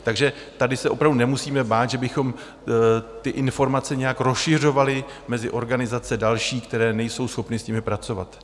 Takže tady se opravdu nemusíme bát, že bychom ty informace nějak rozšiřovali mezi organizace další, které nejsou schopny s nimi pracovat.